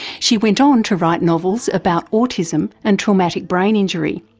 she went on to write novels about autism and traumatic brain injury.